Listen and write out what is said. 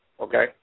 okay